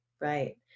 Right